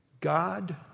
God